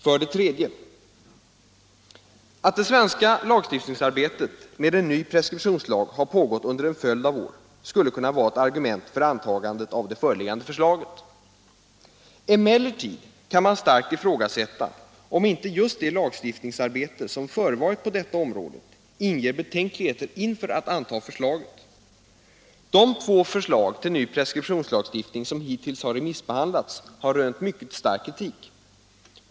För det tredje: Att det svenska lagstiftningsarbetet med en ny preskriptionslag har pågått under en följd av år skulle kunna vara ett argument för antagandet av det föreliggande förslaget. Emellertid kan man starkt ifrågasätta om inte just det lagstiftningsarbete som förevarit på detta område i vårt land inger betänkligheter mot att anta förslaget. De två förslag till ny preskriptionslagstiftning som hittills remissbehandlats har rönt mycket stark kritik.